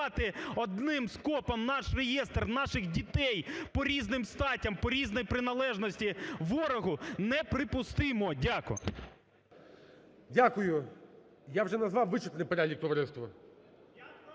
Дякую. Я вже назвав вичерпний перелік товариство.